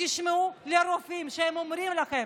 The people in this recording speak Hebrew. שבעצם מפלג את העם וגורם נזק.